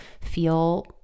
feel